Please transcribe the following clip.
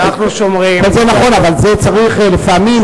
לפעמים,